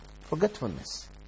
Forgetfulness